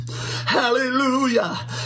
Hallelujah